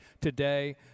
today